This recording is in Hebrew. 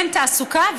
אין תעסוקה.